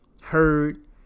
heard